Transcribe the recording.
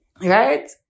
right